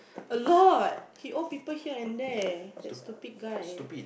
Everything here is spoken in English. a lot he owe people here and there that stupid guy